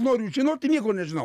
noriu žinot i nieko nežinau